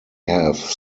have